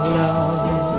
love